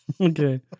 Okay